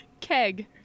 Keg